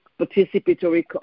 participatory